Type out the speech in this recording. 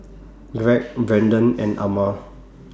Greg Brendon and Ama